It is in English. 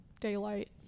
daylight